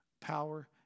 power